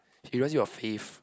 he don't want to see your faith